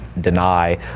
deny